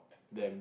them